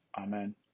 Amen